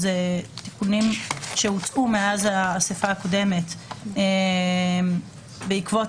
תיקונים שהוצעו מאז האספה הקודמת בעקבות